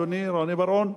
אדוני רוני בר-און,